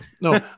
No